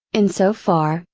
in so far,